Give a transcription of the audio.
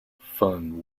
fun